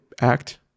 act